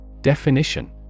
Definition